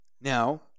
now